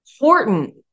important